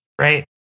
right